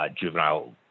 juvenile